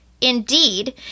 Indeed